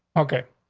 okay,